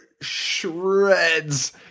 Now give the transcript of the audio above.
shreds